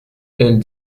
elle